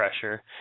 pressure